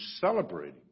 celebrating